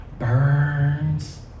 burns